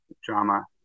drama